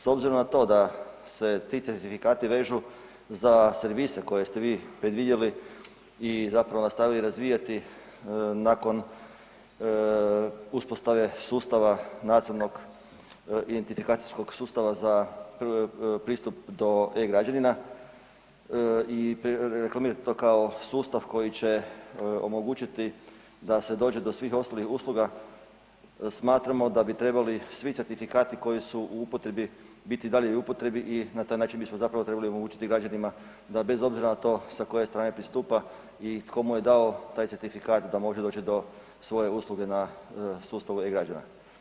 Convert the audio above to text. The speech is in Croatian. S obzirom na to da se ti certifikati vežu za servise koje ste vi predvidjeli i zapravo nastavili razvijati nakon uspostave sustava nadzornog identifikacijskog sustava za pristup do e-građanina i reklamirate to kao sustav koji će omogućiti da se dođe do svih ostalih usluga, smatramo da bi trebali svi certifikati koji su u upotrebi biti i dalje u upotrebi i na taj način bismo zapravo trebali omogućiti građanima da bez obzira na to sa koje strane pristupa i tko mu je dao taj certifikat da može doći do svoje usluge na sustavu e-građana.